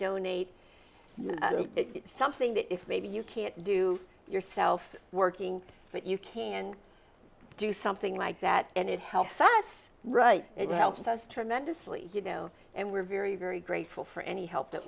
donate something that if maybe you can do it yourself working that you can do something like that and it helps us right it helps us tremendously you know and we're very very grateful for any help that